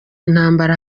intambara